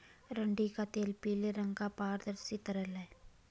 अरंडी का तेल पीले रंग का पारदर्शी तरल है